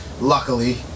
Luckily